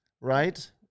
Right